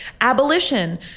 Abolition